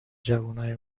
جوونای